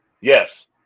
Yes